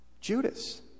Judas